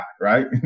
right